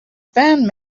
fan